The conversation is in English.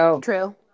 True